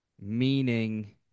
meaning